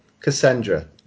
cassandra